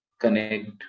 connect